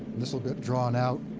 this will get drawn out.